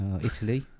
Italy